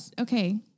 Okay